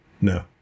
No